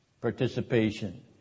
participation